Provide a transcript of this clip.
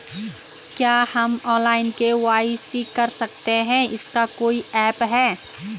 क्या हम online KYC कर सकते हैं इसका कोई ऐप है?